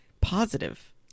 positive